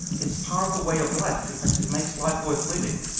it's part of the way of life. in fact, it makes life worth living.